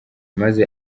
maze